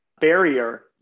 barrier